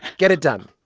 get it done.